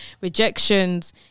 rejections